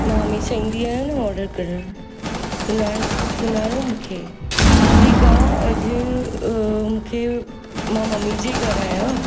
मां हमेशह ईंदी आहियां न ऑडर करणु सुञाण सुञाणियो मूंखे ठीकु आहे अॼु मूंखे मां ममी जे घरु आहियां